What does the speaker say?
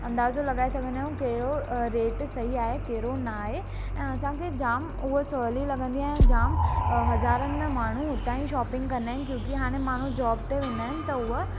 अंदाज़ो लगाइ सघंदा आहियू कहिड़ो रेट सही आहे कहिड़ो न आहे ऐं असांखे ॼाम हूह सवली लगंदी आहे जाम हॼारनि में माण्हू हुता ई शॉपिंग कंदा आहिनि क्योकि हाणे माण्हू जॉब ते वेंदा आहिनि त हुअ